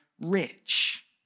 Rich